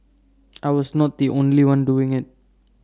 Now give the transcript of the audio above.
I was not the only one doing IT